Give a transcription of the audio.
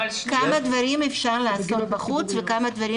אתם יכולים לראות כמה דברים אפשר לעשות בחוץ וכמה דברים